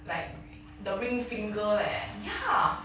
like the ring finger leh ya